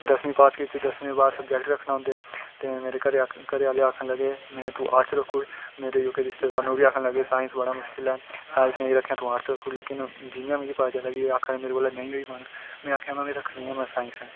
दसमीं पास कीती दसमीं दे बाद सब्जैक्ट रक्खना होंदे ते मेरे घरे आह्ले आक्खन लगे तू आर्टस रक्खी ओड़ मेरे जेह्के रिश्तेदार न ओह्बी आक्खन लगे साईंस बड़ा मुश्कल ऐ साईंस नेईं तू आर्टस रक्खी ओड़ पर जि'यां मिगी लग्गेआ कि एह् आक्खन लगे कि नेईं होना ते में रक्खे गै आर्टस न